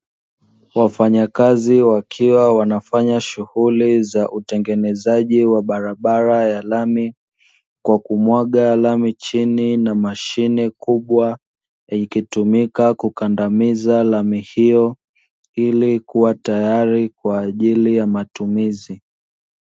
Wafanyakazi wakiwa wanafanya shughuli za utengenezaji wa barabara ya lami, kwa kumwaga lami chini na mashine kubwa; ikitumika kukandamiza lami hiyo ili kuwa tayari kwa ajili ya matumizi.